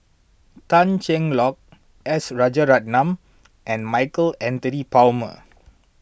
Tan Cheng Lock S Rajaratnam and Michael Anthony Palmer